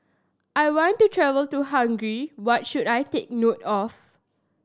I want to travel to Hungary what should I take note of